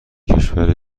کشور